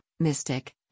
Mystic